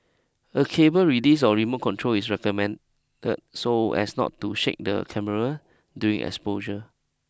a cable release or remote control is recommended so as not to shake the camera during exposure